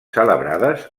celebrades